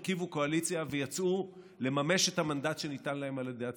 הרכיבו קואליציה ויצאו לממש את המנדט שניתן להם על ידי הציבור,